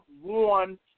one